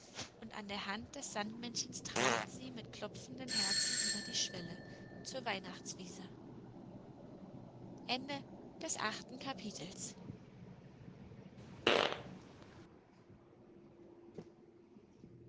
und an der hand des sandmännchens traten sie mit klopfenden herzen über die schwelle zur weihnachtswiese